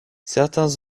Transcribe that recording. certains